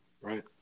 Right